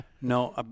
No